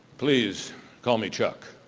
please call me chuck,